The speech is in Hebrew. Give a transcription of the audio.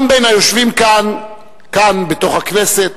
גם בין היושבים כאן, בתוך הכנסת,